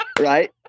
Right